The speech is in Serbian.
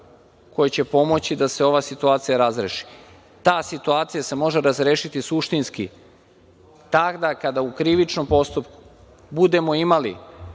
koja će pomoći da se ova situacija razreši. Ta situacija se može razrešiti suštinski tada kada u krivičnom postupku budemo imali